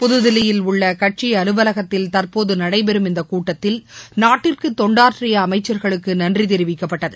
புத்தில்லியில் உள்ள கட்சி அலுவலகத்தில் தற்போது நடைபெறும் இந்த கூட்டத்தில் நாட்டிற்கு தொண்டாற்றிய அமைச்சர்களுக்கு நன்றி தெரிவிக்கப்பட்டது